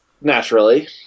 Naturally